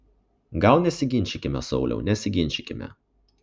gal nesiginčykime sauliau nesiginčykime